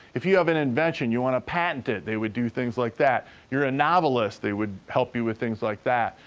if you have an invention, you wanna patent it, they would do things like that. you're a novelist, they would help you with things like that.